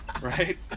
right